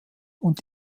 und